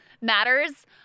matters